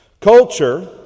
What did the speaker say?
Culture